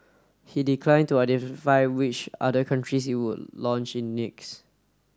he declined to identify which other countries it would launch in next